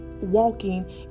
walking